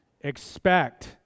expect